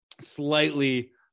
slightly